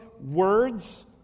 words